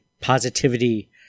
positivity